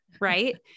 right